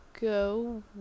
go